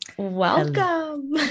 Welcome